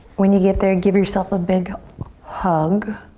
when you get there, give yourself a big hug.